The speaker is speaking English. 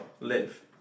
Live